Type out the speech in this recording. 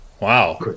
Wow